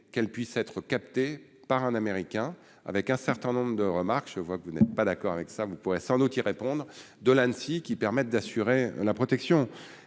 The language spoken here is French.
qu'elle puisse être captée par un Américain, avec un certain nombre de remarques, je vois que vous n'êtes pas d'accord avec ça, vous pourrez sans doute y répondre de Annecy qui permettent d'assurer la protection